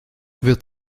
wird